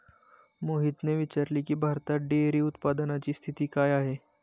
मोहितने विचारले की, भारतात डेअरी उत्पादनाची स्थिती काय आहे?